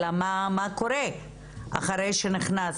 אלא מה קורה אחרי שנכנס.